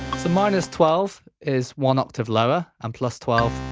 so minus twelve is one octave lower and plus twelve